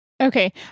Okay